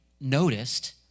noticed